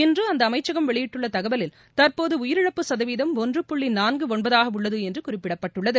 இன்று அந்த அமைச்சகம் வெளியிட்டுள்ள தகவலில் தற்போது உயிரிழப்பு சதவீதம் ஒன்று புள்ளி நான்கு ஒன்பதாக உள்ளது என்று குறிப்பிடப்பட்டுள்ளது